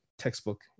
textbook